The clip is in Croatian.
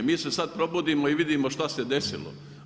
Mi se sad probudimo i vidio što se desilo.